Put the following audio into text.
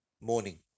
morning